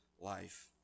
life